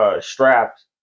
straps